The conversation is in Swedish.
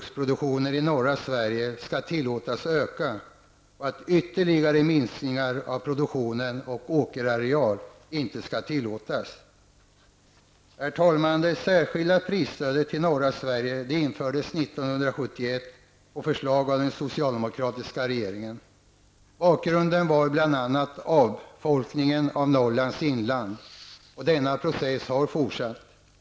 Sverige skall tillåtas öka och att ytterligare minskningar av produktion och åkerareal inte skall tillåtas. Bakgrunden var bl.a. avfolkningen av Norrlands inland. Denna process har fortsatt.